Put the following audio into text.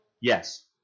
Yes